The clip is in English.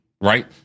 right